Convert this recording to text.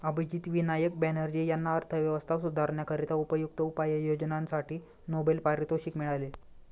अभिजित विनायक बॅनर्जी यांना अर्थव्यवस्था सुधारण्याकरिता उपयुक्त उपाययोजनांसाठी नोबेल पारितोषिक मिळाले